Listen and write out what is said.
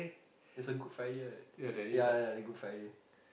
it's a Good Friday right ya ya ya the Good Friday